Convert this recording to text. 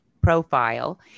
profile